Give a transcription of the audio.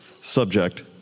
subject